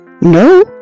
No